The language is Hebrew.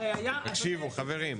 הראיה --- תקשיבו חברים,